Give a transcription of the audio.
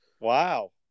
Wow